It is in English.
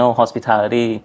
hospitality